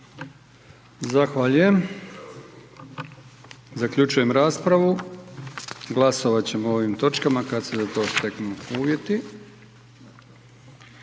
Zahvaljujem. Zaključujem raspravu, glasovat ćemo o ovim točkama kad se za to steknu uvjeti.